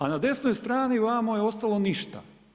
A na desnoj strani vama je ostalo ništa.